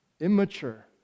immature